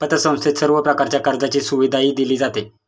पतसंस्थेत सर्व प्रकारच्या कर्जाची सुविधाही दिली जाते